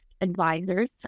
advisors